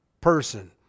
person